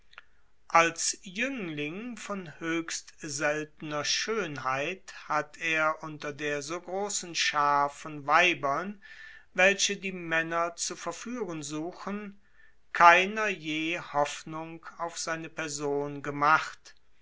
als jüngling von höchst seltener schönheit hat er unter der so großen schaar von weibern welche die männer zu verführen suchen keiner je hoffnung auf seine person gemacht